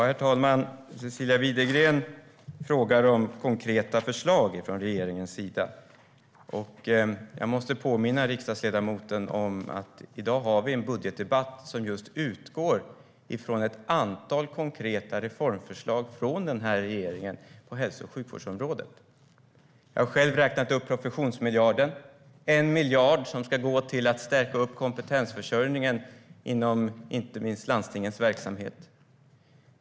Herr talman! Cecilia Widegren frågar om konkreta förslag från regeringens sida. Jag måste påminna riksdagsledamoten om att vi i dag har en budgetdebatt som just utgår från ett antal konkreta reformförslag från den här regeringen på hälso och sjukvårdsområdet. Jag har själv räknat upp professionsmiljarden, en miljard som ska gå till att stärka kompetensförsörjningen inom inte minst landstingens verksamhet.